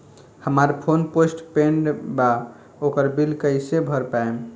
हमार phone postpaid बा ओकर बिल कईसे भर पाएम?